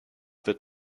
wird